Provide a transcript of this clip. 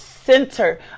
center